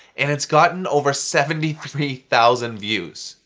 and it's gotten over seventy three thousand views!